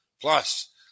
Plus